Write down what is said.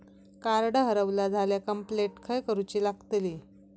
Card हरवला झाल्या complaint खय करूची लागतली?